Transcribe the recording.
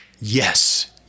yes